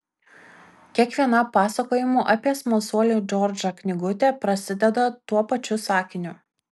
kiekviena pasakojimų apie smalsuolį džordžą knygutė prasideda tuo pačiu sakiniu